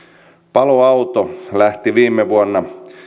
paloauto lähti viime vuonna